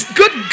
good